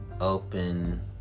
open